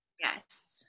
yes